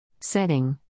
Setting